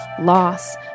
loss